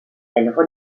relie